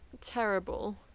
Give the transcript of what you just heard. terrible